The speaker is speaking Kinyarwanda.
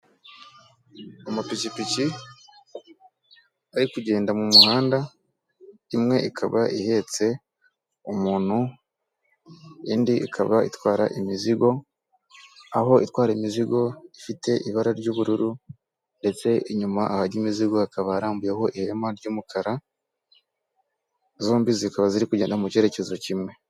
Amapikipiki ari kugenda mu muhanda, imwe ikaba ihetse umuntu, indi ikaba itwara imizigo, aho itwara imizigo ifite ibara ry'ubururu ndetse inyuma ahajya imizigo hakaba harambuyeho ihema ry'umukara, zombi zikaba ziri kugenda mu cyerekezo kimwe.